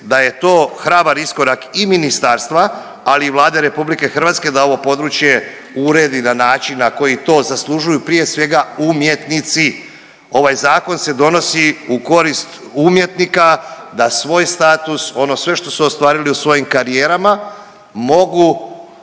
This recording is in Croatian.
da je to hrabar iskorak i ministarstva, ali i Vlade RH da ovo područje uredi na način na koji to zaslužuju, prije svega umjetnici. Ovaj zakon se donosi u korist umjetnika da svoj status ono sve što su ostvarili u svojim karijerama mogu